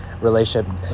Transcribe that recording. relationship